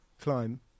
climb